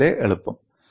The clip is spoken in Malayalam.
അതു പോലെ എളുപ്പം